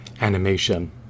animation